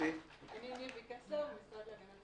ניבי קסלר, המשרד להגנת